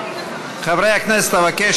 חברי הכנסת, אבקש